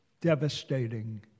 devastating